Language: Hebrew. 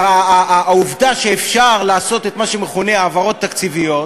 והעובדה שאפשר לעשות את מה שמכונה העברות תקציביות,